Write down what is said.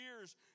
years